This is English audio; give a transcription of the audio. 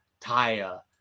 Taya